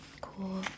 cool